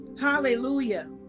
hallelujah